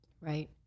right